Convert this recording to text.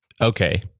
okay